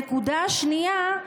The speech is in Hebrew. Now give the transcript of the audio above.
הנקודה השנייה: